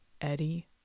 Eddie